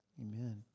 Amen